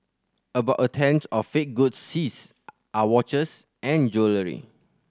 about a tenth of fake goods seized are watches and jewellery